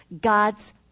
God's